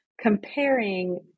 comparing